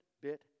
bit